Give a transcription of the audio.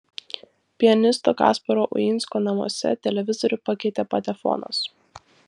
pianisto kasparo uinsko namuose televizorių pakeitė patefonas